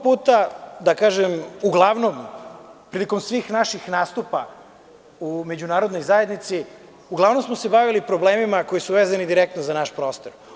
Prilikom svih naših nastupa u međunarodnoj zajednici uglavnom smo se bavili problemima koji su vezani direktno za naš prostor.